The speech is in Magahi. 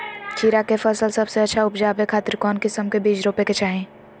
खीरा के फसल सबसे अच्छा उबजावे खातिर कौन किस्म के बीज रोपे के चाही?